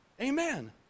Amen